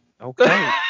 Okay